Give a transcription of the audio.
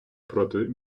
проти